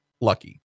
lucky